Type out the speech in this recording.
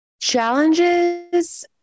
Challenges